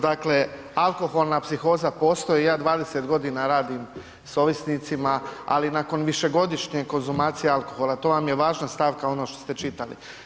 Dakle, alkoholna psihoza postoji i ja 20 godina radim s ovisnicima, ali nakon višegodišnje konzumacije alkohola, to vam je važna stavka ono što ste čitali.